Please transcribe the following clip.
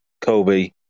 Kobe